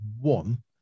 one